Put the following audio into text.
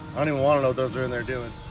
i didn't wanna know those are in there doing